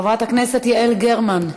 חברת הכנסת יעל גרמן,